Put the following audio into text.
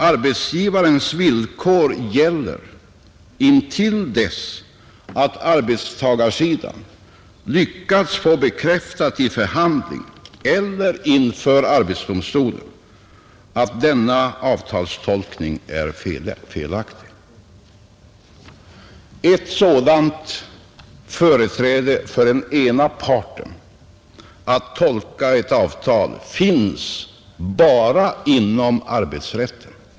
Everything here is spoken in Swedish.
Arbetsgivarens villkor gäller intill dess att arbetstagarsidan lyckats få bekräftat i förhandling eller inför arbetsdomstolen att denna avtalstolkning är felaktig. Ett sådant företräde för den ena parten att tolka ett avtal finns bara inom arbetsrätten.